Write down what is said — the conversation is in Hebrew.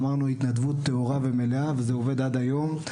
אמרנו, התנדבות טהורה ומלאה וזה עובד עד היום.